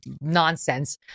nonsense